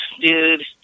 Dude